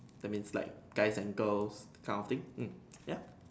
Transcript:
that means like guys and girls kind of thing mm ya